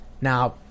Now